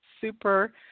super